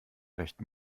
recht